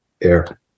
air